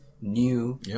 new